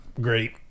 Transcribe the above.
Great